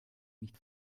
nicht